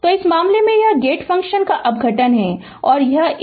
तो इस मामले में यह गेट फ़ंक्शन का अपघटन है यह एक और यह एक